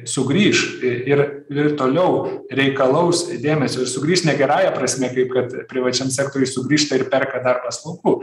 sugrįš ir ir toliau reikalaus dėmesio ir sugrįš ne gerąja prasme kaip kad privačiam sektoriuj sugrįžta ir perka dar paslaugų